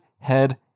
head